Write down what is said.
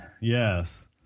Yes